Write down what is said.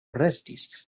restis